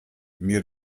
mir